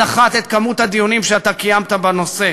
אחת את מספר הדיונים שאתה קיימת בנושא.